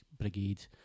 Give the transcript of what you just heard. brigade